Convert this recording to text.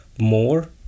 more